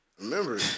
remember